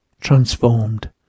Transformed